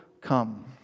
come